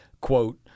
quote